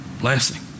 blessing